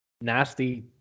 nasty